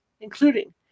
including